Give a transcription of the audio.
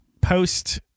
post